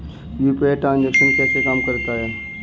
UPI transaction कैसे काम करता है?